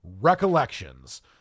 Recollections